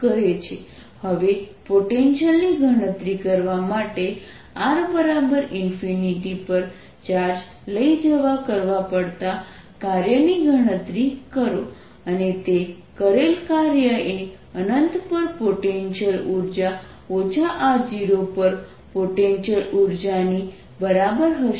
હવે પોટેન્શિયલની ગણતરી કરવા માટે r પર ચાર્જ લઈ જવા કરવા પડતા કાર્યની ગણતરી કરો અને તે કરેલ કાર્યએ અનંત પર પોટેન્શિયલ ઉર્જા r0 પર પોટેન્શિયલ ઉર્જા ની બરાબર હશે